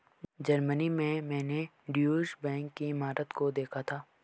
Germany में मैंने Deutsche bank की इमारत को देखा था